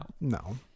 no